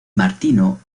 martino